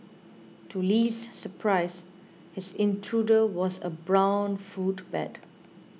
to Li's surprise his intruder was a brown fruit bat